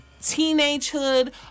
teenagehood